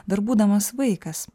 dar būdamas vaikas